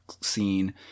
scene